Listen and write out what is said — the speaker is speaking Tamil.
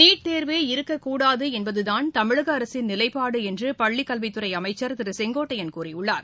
நீட் தேர்வே இருக்கக்கூடாது என்பததான் தமிழக அரசின் நிலைப்பாடு என்று பள்ளிக் கல்வித் துறை அமைச்சர் திரு செங்கோட்டையன் கூறியுள்ளார்